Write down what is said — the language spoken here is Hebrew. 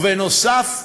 בנוסף,